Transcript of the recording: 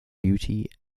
beauty